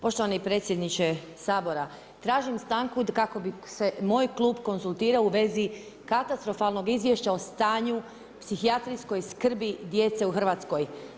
Poštovani predsjedniče Sabora, tražim stanku kako bi se moj klub konzultirao u vezi katastrofalnog izvješća o stanju u psihijatrijskom skrbi djece u Hrvatskoj.